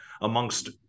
amongst